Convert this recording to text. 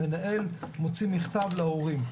המנהל מוציא מכתב להורים,